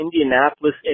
Indianapolis